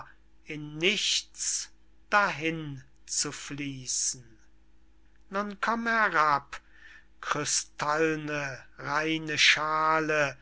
ins nichts dahin zu fließen nun komm herab krystallne reine schaale